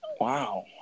Wow